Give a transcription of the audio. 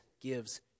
gives